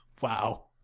Wow